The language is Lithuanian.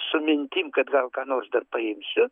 su mintim kad gal ką nors dar paimsiu